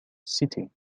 city